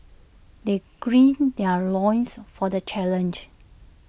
they green their loins for the challenge